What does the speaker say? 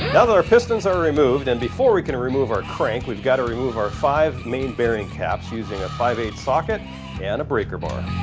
and ah our pistons are removed, and before we can remove out crank, we've got to remove our five main bearing caps using a five eight socket and a breaker bar